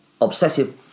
obsessive